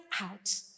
out